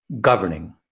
governing